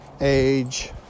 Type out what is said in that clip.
age